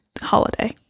holiday